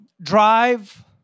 drive